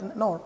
no